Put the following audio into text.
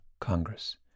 Congress